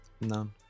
None